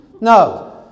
no